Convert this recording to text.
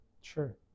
Sure